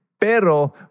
pero